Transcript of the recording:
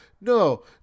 no